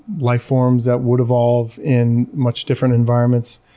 life forms that would evolve in much different environments.